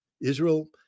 Israel